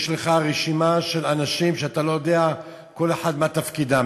יש לך רשימה של אנשים שאתה לא יודע כל אחד מה תפקידם,